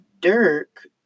Dirk